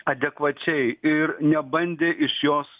adekvačiai ir nebandė iš jos